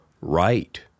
right